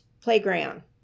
playground